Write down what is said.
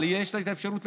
אבל יש לה אפשרות,